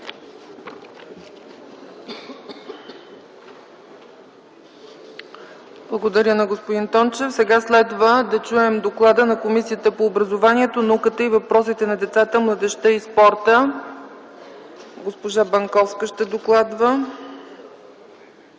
Благодаря на господин Тончев. Следва да чуем доклада на Комисията по образованието, науката и въпросите на децата, младежта и спорта. Ще докладва